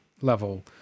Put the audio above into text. level